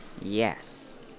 Yes